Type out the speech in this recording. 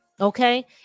Okay